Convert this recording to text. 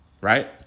right